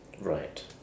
right